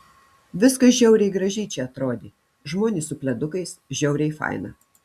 viskas žiauriai gražiai čia atrodė žmonės su pledukais žiauriai faina